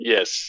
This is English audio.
Yes